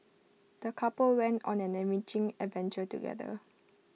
the couple went on an enriching adventure together